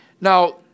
Now